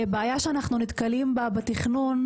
בעיה שאנחנו נתקלים בה בתכנון,